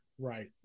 Right